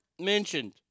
mentioned